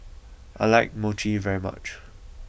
I like Mochi very much